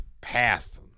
path